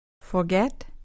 Forget